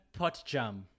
potjam